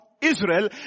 Israel